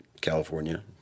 California